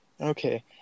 okay